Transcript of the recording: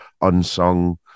unsung